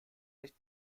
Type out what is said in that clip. nicht